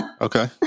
Okay